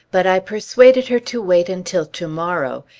but i persuaded her to wait until to-morrow,